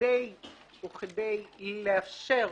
כדי לאפשר